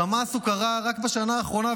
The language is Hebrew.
לחמאס הוא קרא רק בשנה האחרונה,